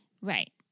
Right